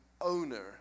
owner